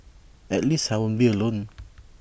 at least I won't be alone